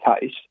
case